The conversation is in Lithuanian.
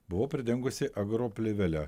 buvau pridengusi agro plėvele